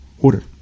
order